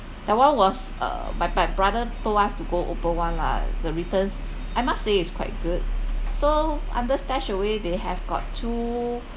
that one was uh my my brother told us to go open [one] lah the returns I must say it's quite good so under StashAway they have got two